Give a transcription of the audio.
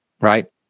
Right